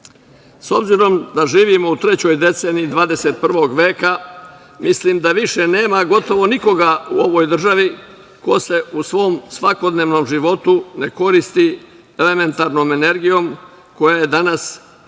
obzirom da živimo u trećoj deceniji 21. veka mislim da više nema gotovo nikoga u ovoj državi ko se u svom svakodnevnom životu ne koristi elementarnom energijom koja je danas krajnjim